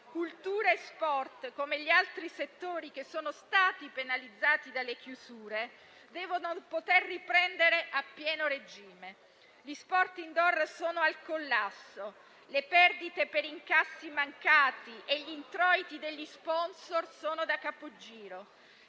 Cultura e sport, come gli altri settori che sono stati penalizzati dalle chiusure, devono poter riprendere a pieno regime. Gli sport *indoor* sono al collasso; le perdite per incassi mancati e gli introiti degli *sponsor* sono da capogiro.